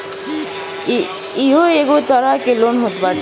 इहो एगो तरह के लोन होत बाटे